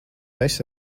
esi